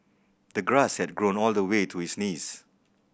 the grass had grown all the way to his knees